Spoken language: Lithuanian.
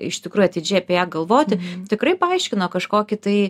iš tikrųjų atidžiai apie ją galvoti tikrai paaiškino kažkokį tai